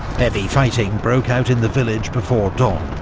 heavy fighting broke out in the village before dawn.